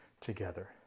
together